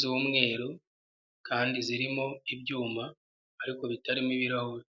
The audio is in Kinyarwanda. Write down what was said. z'umweru kandi zirimo ibyuma ariko bitarimo ibirahure.